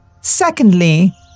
Secondly